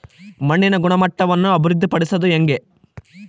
ಮಣ್ಣಿನ ಗುಣಮಟ್ಟವನ್ನು ಅಭಿವೃದ್ಧಿ ಪಡಿಸದು ಹೆಂಗೆ?